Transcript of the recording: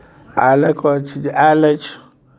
आयल अइ कहैत छी जे आयल अछि